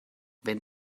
wenn